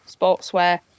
sportswear